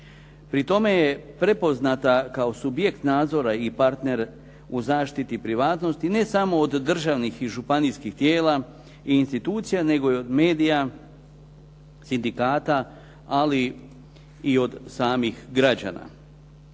Pri tome je prepoznata kao subjekt nadzora i partner u zaštiti privatnosti, ne samo od državnih i županijskih tijela i institucija, nego i od medija, sindikata, ali i od samih građana.